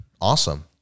awesome